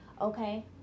okay